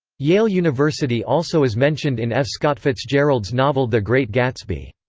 yale university also is mentioned in f. scott fitzgerald's novel the great gatsby.